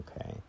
okay